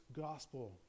gospel